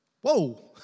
Whoa